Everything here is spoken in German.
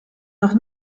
noch